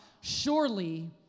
Surely